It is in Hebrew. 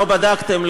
לא בדקתם,